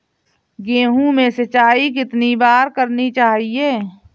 गेहूँ में चिड़िया सिंचाई कितनी बार करनी चाहिए?